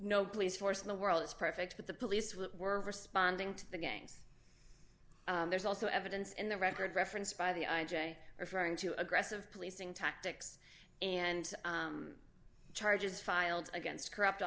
no police force in the world is perfect but the police were responding to the gangs there's also evidence in the record referenced by the i j a referring to aggressive policing tactics and charges filed against corrupt